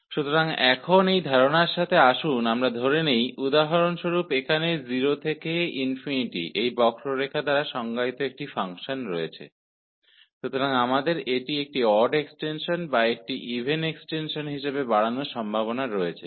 तो अब इस विचार के साथ उदाहरण के लिए इस कर्व द्वारा 0 से ∞ में परिभाषित एक फ़ंक्शन पर विचार करें हमारे पास इसे एक ओड विस्तार या इवन विस्तार के रूप में विस्तारित करने की संभावना है